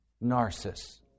Narcissus